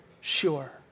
sure